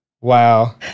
Wow